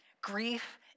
grief